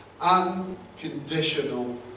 unconditional